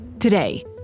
Today